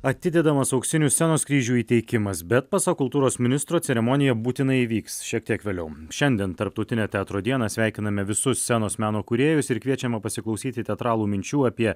atidedamas auksinių scenos kryžių įteikimas bet pasak kultūros ministro ceremonija būtinai įvyks šiek tiek vėliau šiandien tarptautinę teatro dieną sveikiname visus scenos meno kūrėjus ir kviečiame pasiklausyti teatralų minčių apie